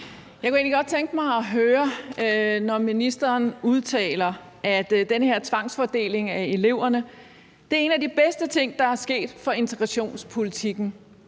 evidens ministeren baserer det på, når ministeren udtaler, at den her tvangsfordeling af eleverne er en af de bedste ting, der er sket for integrationen,